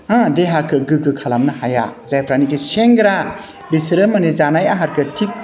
हा देहाखौ गोग्गो खालामनो हाया जायफ्रानिकि सेंग्रा बिसोरो माने जानाय आहारखौ थिक